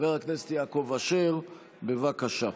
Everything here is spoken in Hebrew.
חבר הכנסת יעקב אשר, בבקשה.